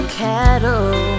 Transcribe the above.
cattle